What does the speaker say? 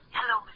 Hello